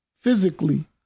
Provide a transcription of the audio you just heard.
physically